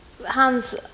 Hans